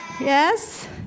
Yes